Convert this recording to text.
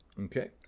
Okay